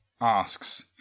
asks